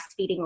breastfeeding